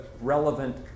relevant